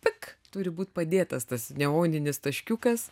tik turi būti padėtas tas neoninis taškiukas